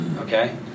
okay